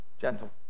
Gentle